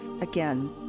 again